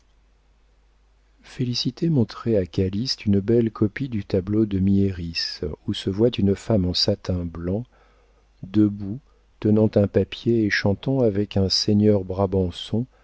félicité montrait à calyste une belle copie du tableau de miéris où se voit une femme en satin blanc debout tenant un papier et chantant avec un seigneur brabançon